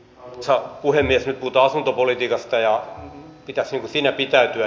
nyt puhutaan asuntopolitiikasta ja pitäisi siinä pitäytyä